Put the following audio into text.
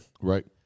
right